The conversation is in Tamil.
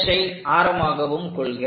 ஐ ஆரமாகவும் கொள்க